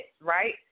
right